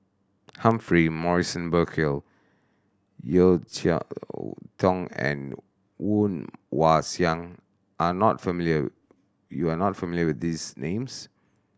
Humphrey Morrison Burkill Yeo Cheow Tong and Woon Wah Siang are not familiar you are not familiar with these names